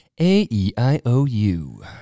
A-E-I-O-U